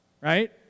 right